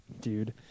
dude